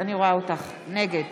נגד